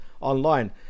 online